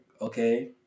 Okay